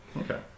okay